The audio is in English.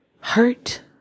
hurt